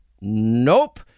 Nope